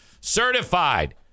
certified